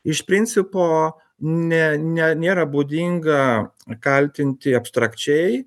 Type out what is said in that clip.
iš principo ne ne nėra būdinga kaltinti abstrakčiai